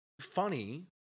funny